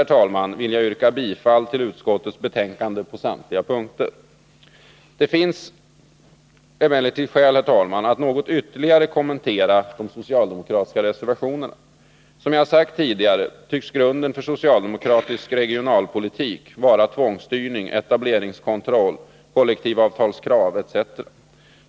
Med detta vill jag yrka bifall till utskottets hemställan på samtliga punkter. Det finns emellertid skäl, herr talman, att något ytterligare kommentera de socialdemokratiska reservationerna. Som jag har sagt tidigare tycks grunden för socialdemokratisk regionalpolitik vara tvångsstyrning, etableringskontroll, kollektivavtalskrav etc.